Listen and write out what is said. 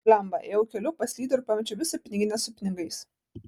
blemba ėjau keliu paslydau ir pamečiau visą piniginę su pinigais